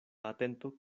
atento